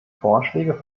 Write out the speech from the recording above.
vorschläge